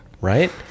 right